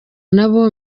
nabo